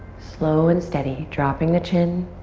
slow and steady. dropping the chin.